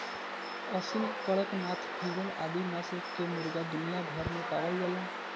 Aseel, Kadaknath, frizzle आदि नस्ल कअ मुर्गा दुनिया भर में पावल जालन